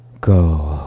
go